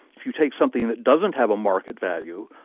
if you take something that doesn't have a market value,